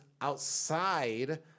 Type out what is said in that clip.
outside